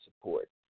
support